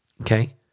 okay